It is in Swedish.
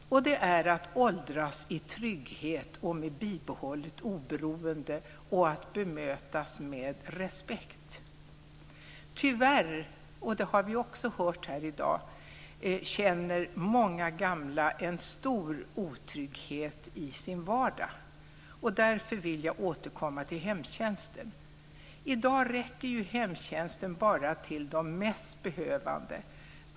Det är att åldras i trygghet och med bibehållet oberoende och att bemötas med respekt. Tyvärr, och det har vi också hört här i dag, känner många gamla en stor otrygghet i sin vardag. Därför vill jag återkomma till hemtjänsten. I dag räcker ju hemtjänsten bara till de mest behövande.